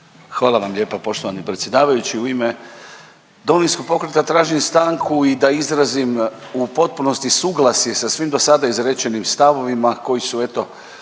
Hvala vam lijepa poštovani predsjedavajući. U ime Domovinskog pokreta tražim stanku da izrazim u potpunosti suglasje sa svim dosada izrečenim stavovima koji su eto